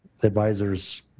advisors